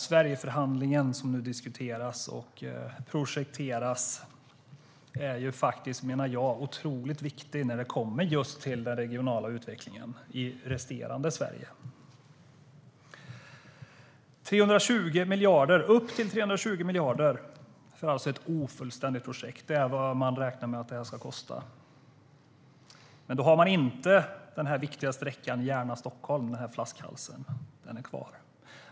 Sverigeförhandlingen, som nu diskuteras och projekteras, är, menar jag, otroligt viktig när det gäller just den regionala utvecklingen i resterande Sverige. Upp till 320 miljarder för ett ofullständigt projekt - det är vad man räknar med att detta ska kosta. Då har man inte med den viktiga sträckan Järna-Stockholm. Den flaskhalsen är kvar.